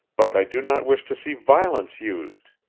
but i do not wish to see violence used.